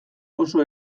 oso